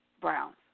Browns